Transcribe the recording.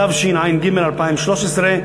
התשע"ג 2013,